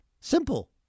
Simple